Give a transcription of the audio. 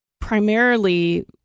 primarily